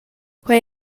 quei